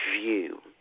view